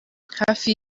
hafi